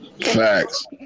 Facts